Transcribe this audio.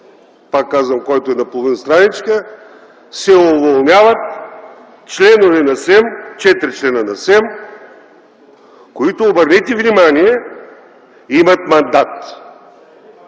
пак казвам, който е на половин страничка, се уволняват четирима членове на СЕМ, които, обърнете внимание, имат мандат.